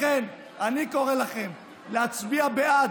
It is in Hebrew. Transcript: לכן, אני קורא לכם להצביע בעד.